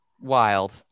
wild